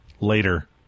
Later